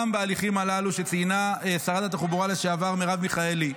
גם בהליכי הללו שציינה שרת התחבורה לשעבר מרב מיכאלי,